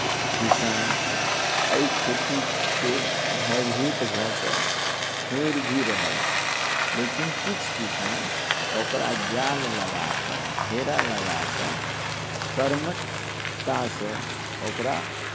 किसान एहि खेतीसँ भयभीत भऽ कऽ छोड़ि भी रहल छथि लेकिन किछु किसान ओकरा जाल लगा कऽ घेरा लगा कऽ कर्मठतासँ ओकरा